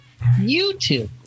YouTube